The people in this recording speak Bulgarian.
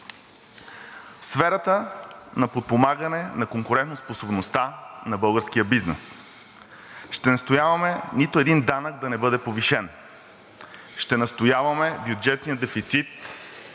сферата на подпомагане на конкурентоспособността на българския бизнес. Ще настояваме нито един данък да не бъде повишен. Ще настояваме бюджетният дефицит